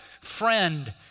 friend